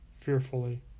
fearfully